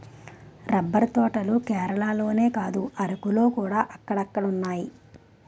rubber తోటలు కేరళలోనే కాదు అరకులోకూడా అక్కడక్కడున్నాయి